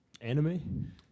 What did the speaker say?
anime